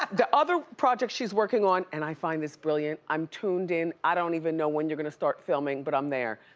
the other project she's working on, and i find this brilliant, i'm tuned in. i don't even know when you're gonna start filming, but i'm there.